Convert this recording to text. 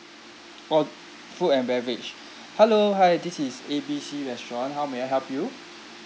orh food and beverage hello hi this is A B C restaurant how may I help you